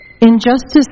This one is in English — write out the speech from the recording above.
Injustice